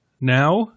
now